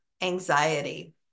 anxiety